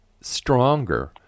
stronger